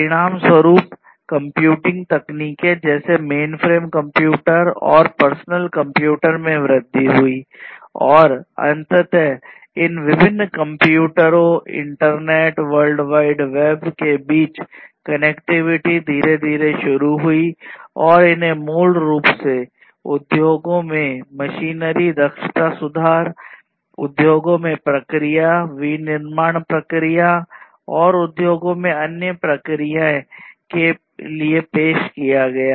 परिणामस्वरूप कंप्यूटिंग तकनीकें जैसे मेनफ्रेम कंप्यूटर के बीच कनेक्टिविटी धीरे धीरे शुरू हुई और इन्हें मूल रूप से उद्योगों में मशीनरी दक्षता सुधार उद्योगों में प्रक्रिया विनिर्माण प्रक्रिया और उद्योगों में अन्य प्रक्रियाएं के लिए पेश किया गया